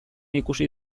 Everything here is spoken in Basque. ikusi